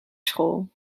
school